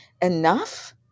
enough